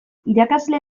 irakasle